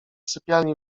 sypialni